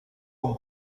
con